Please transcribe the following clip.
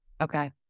okay